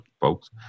folks